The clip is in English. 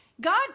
God